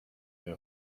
and